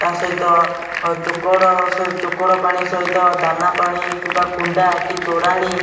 ତା' ସହିତ ଚୋକଡ଼ ଚୋକଡ଼ ପାଣି ସହିତ ଦାନା ପାଣି କିମ୍ବା କୁଣ୍ଡା କି ତୋରାଣି